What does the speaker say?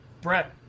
Brett